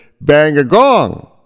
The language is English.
Bang-A-Gong